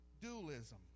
dualism